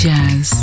Jazz